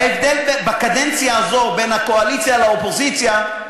ההבדל בקדנציה הזאת בין הקואליציה לאופוזיציה,